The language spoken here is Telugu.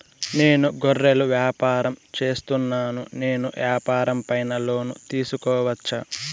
నేను గొర్రెలు వ్యాపారం సేస్తున్నాను, నేను వ్యాపారం పైన లోను తీసుకోవచ్చా?